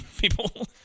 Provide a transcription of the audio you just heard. people